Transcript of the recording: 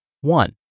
One